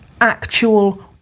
actual